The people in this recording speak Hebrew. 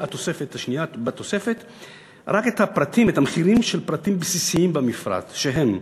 התוספת השנייה רק את המחירים של פריטים בסיסיים במפרט שהם: